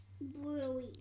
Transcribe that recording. Bluey